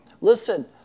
listen